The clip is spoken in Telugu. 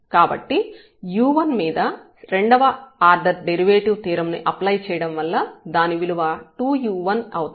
కాబట్టి u1మీద second order derivative theorem apply చేయడం వల్ల దాని విలువ 2u1 అవుతుంది